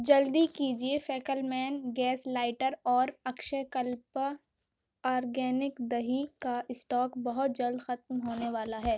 جلدی کیجیے فیکلمین گیس لائٹر اور اکشے کلپا آرگینک دہی کا اسٹاک بہت جلد ختم ہونے والا ہے